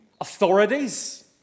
authorities